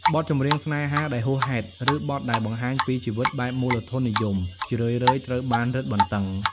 បទចម្រៀងស្នេហាដែលហួសហេតុ ឬបទដែលបង្ហាញពីជីវិតបែបមូលធននិយម ជារឿយៗត្រូវបានរឹតបន្តឹង។